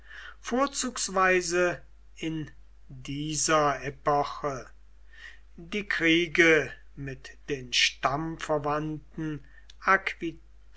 vorzugsweise in diese epoche die kriege mit den stammverwandten